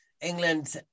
England